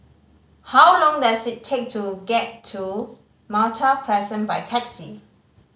how long does it take to get to Malta Crescent by taxi